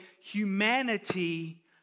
humanity